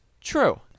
true